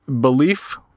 belief